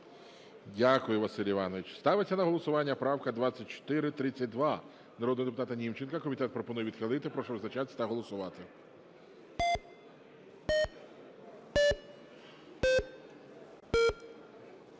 Дякую, Василь Іванович. Ставиться на голосування правка 2432 народного депутата Німченка. Комітет пропонує відхилити. Прошу визначатися та голосувати.